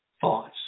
thoughts